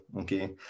okay